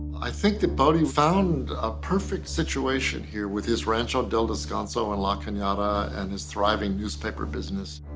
i think that boddy found a perfect situation here with his rancho del descanso, and la canada, and his thriving newspaper business.